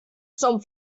zum